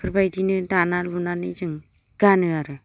बेफोरबायदिनो दाना लुनानै जों गानो आरो